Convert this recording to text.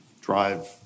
drive